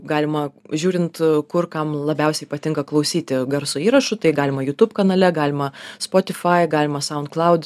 galima žiūrint kur kam labiausiai patinka klausyti garso įrašų tai galima youtube kanale galima spotify galima soundcloud